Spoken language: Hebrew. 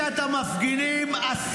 הבאתי חוק היום.